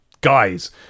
guys